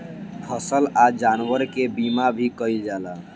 फसल आ जानवर के बीमा भी कईल जाला